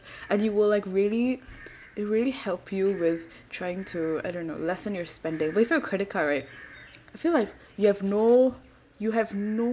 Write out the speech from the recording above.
and you will like really it really help you with trying to I don't know lessen your spending with a credit card right I feel like you have no you have no